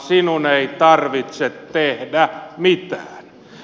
sinun ei tarvitse tehdä mitään